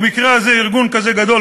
במקרה הזה ארגון כזה גדול,